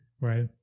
right